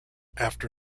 after